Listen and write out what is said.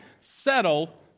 settle